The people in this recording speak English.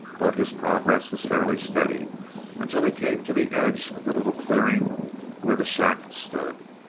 but his progress was fairly steady until he came to the edge of the little clearing where the shack stood.